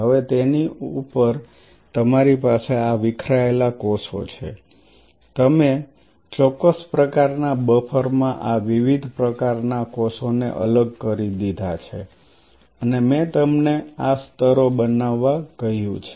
હવે તેની ઉપર તમારી પાસે આ વિખેરાયેલા કોષો છે તમે ચોક્કસ પ્રકારના બફર માં આ વિવિધ પ્રકારના કોષોને અલગ કરી દીધા છે અને મેં તમને આ સ્તરો બનાવવા કહ્યું છે